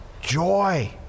joy